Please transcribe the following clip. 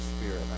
Spirit